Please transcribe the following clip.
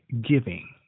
giving